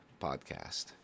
podcast